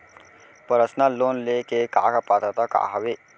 Personal loan ले के का का पात्रता का हवय?